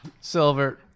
Silver